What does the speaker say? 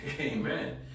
Amen